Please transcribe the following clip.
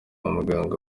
muganga